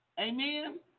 Amen